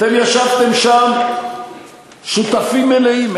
אתם ישבתם שם שותפים מלאים,